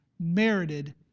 merited